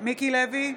מיקי לוי,